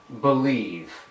believe